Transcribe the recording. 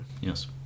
yes